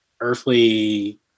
earthly